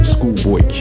Schoolboy